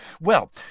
Well